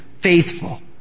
faithful